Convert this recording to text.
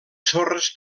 sorres